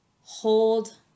hold